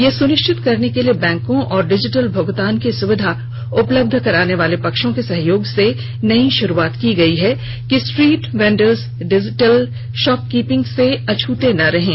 यह सुनिश्चित करने के लिए बैंकों और डिजिटल भुगतान की सुविधा उपलब्ध कराने वाले पक्षों के सहयोग से नई शुरूआत हुई है कि स्ट्रीट वेंडर डिजिटल शॉपकीपिंग से अछ्ते न रहें